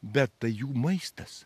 bet tai jų maistas